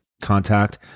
contact